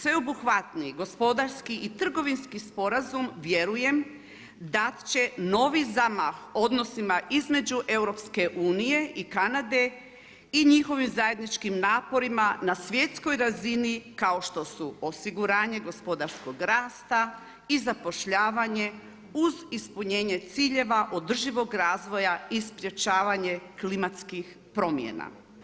Sveobuhvatni gospodarski i trgovinski sporazum vjerujem, dat će novi zamah odnosima između EU-a i Kanade i njihovim zajedničkim naporima na svjetskoj razini, kao što su osiguranje gospodarskog rasta, i zapošljavanje uz ispunjenje ciljeva održivog razvoja i sprečavanje klimatskih promjena.